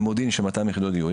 במודיעין של 200 יחידות דיור.